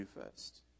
first